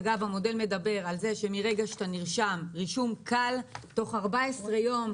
אגב, המודל מדבר על רישום קל תוך 14 יום.